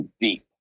deep